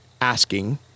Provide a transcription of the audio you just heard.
Asking